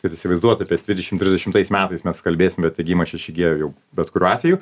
kad įsivaizduot apie trisdešim trisdešimtais metais mes kalbėsim diegimą šeši gie jau bet kuriuo atveju